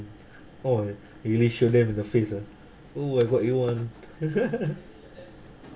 oh really show them the face ah oh I got you one